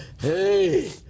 Hey